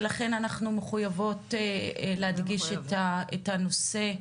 ולכן אנחנו מחויבות להדגיש את הנושא,